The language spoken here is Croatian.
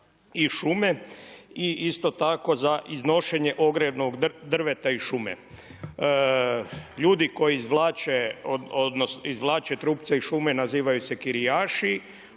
iz šume. I isto tako za iznošenje ogrjevnog drveta iz šume. Ljudi koji izvlače trupce iz šume nazivaju se kirijaši,